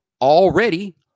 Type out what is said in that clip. already